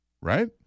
Right